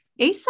Asa